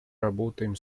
работаем